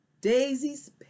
Daisy's